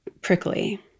Prickly